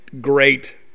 great